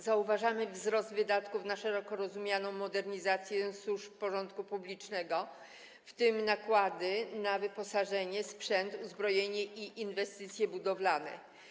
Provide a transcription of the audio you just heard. Zauważamy wzrost wydatków na szeroko rozumianą modernizację służb porządku publicznego, w tym nakładów na wyposażenie, sprzęt, uzbrojenie i inwestycje budowlane.